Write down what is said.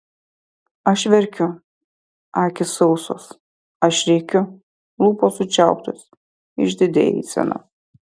aš verkiu akys sausos aš rėkiu lūpos sučiauptos išdidi eisena